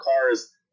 cars